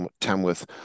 Tamworth